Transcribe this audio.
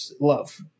love